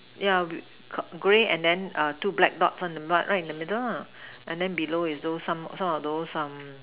yeah with Call grey and then err two black dots and the back right in the middle lah and then below is those some of those um